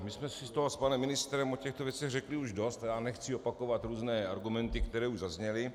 My jsme si toho s panem ministrem o těchto věcech řekli už dost a já nechci opakovat různé argumenty, které už zazněly.